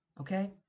Okay